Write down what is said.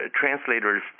Translators